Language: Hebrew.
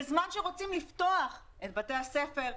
בזמן שרוצים לפתוח את בתי הספר,